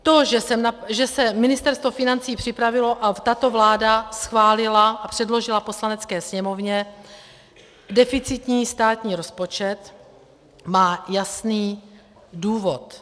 To, že Ministerstvo financí připravilo a tato vláda schválila a předložila Poslanecké sněmovně deficitní státní rozpočet, má jasný důvod.